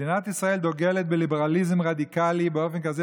מדינת ישראל דוגלת בליברליזם רדיקלי באופן כזה